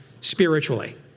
spiritually